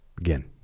Again